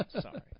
Sorry